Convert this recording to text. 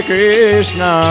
Krishna